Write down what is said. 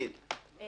אני